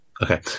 Okay